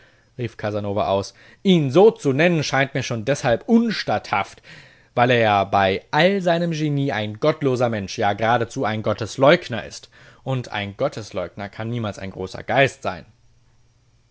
rief casanova aus ihn so zu nennen scheint mir schon deshalb unstatthaft weil er bei all seinem genie ein gottloser mensch ja geradezu ein gottesleugner ist und ein gottesleugner kann niemals ein großer geist sein